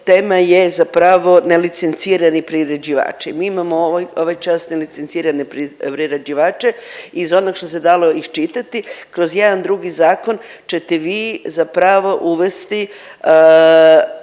tema je zapravo nelicencirani priređivači. Mi imamo ovaj čas nelicencirane priređivače, iz onog što se dalo iščitati, kroz jedan drugi zakon ćete vi zapravo uvesti